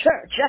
church